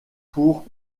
pour